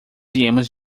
viemos